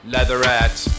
Leatherette